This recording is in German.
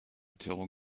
terror